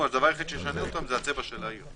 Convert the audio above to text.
הדבר היחיד שהשתנה זה הצבע של העיר.